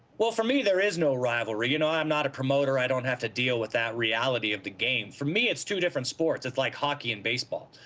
well for me there is no rivalry you know i'm not a promoter i don't have to deal with that reality of the games for me it's two different sports it's like hockey and baseball